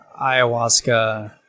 ayahuasca